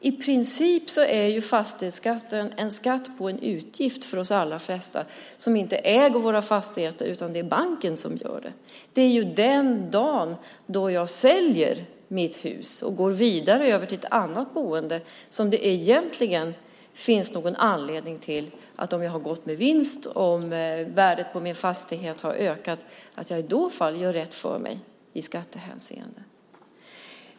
I princip är fastighetsskatten en skatt på en utgift för oss som inte äger våra fastigheter. Det är banken som äger dem. Det är ju dagen då jag säljer mitt hus och går vidare till ett annat boende som det egentligen - om värdet på min fastighet har ökat och jag har gått med vinst - finns någon anledning för mig att göra rätt för mig i skattehänseende.